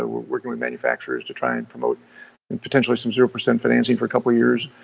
ah we're working with manufacturers to try and promote potentially some zero percent financing for a couple of years,